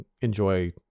enjoy